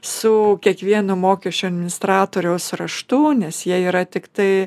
su kiekvienu mokesčių administratoriaus raštu nes jie yra tiktai